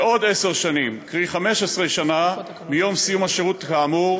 עוד עשר שנים, קרי 15 שנה מיום סיום השירות כאמור,